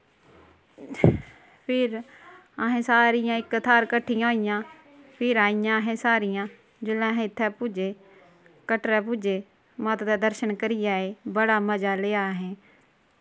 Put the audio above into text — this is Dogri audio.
फिर असैं सारियां इक थाह्र कट्ठियां होइयां फिर आइयां असे सारियां जिसलै अस इत्थै पुज्जे कटरै पुज्जे माता दे दर्शन करियै आए बड़ा मजा लेआ असें